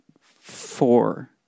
four